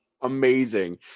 amazing